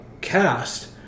cast